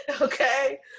okay